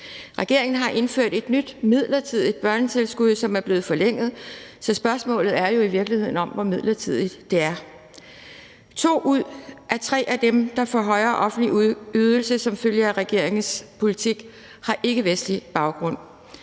Regeringen har indført et nyt midlertidigt børnetilskud, som er blevet forlænget, så spørgsmålet er jo i virkeligheden, hvor midlertidigt det er. To ud af tre af dem, der får en højere offentlig ydelse som følge af regeringens politik, har ikkevestlig baggrund.